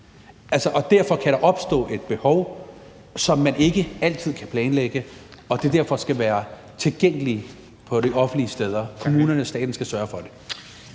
der kan opstå et behov, som man ikke altid kan planlægge, og derfor skal det være tilgængeligt på de offentlige steder. Kommunerne og staten skal sørge for det.